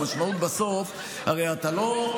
המשמעות בסוף, הרי אתה,